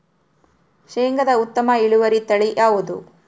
ಶೇಂಗಾದ ಉತ್ತಮ ಇಳುವರಿ ತಳಿ ಯಾವುದು?